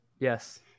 Yes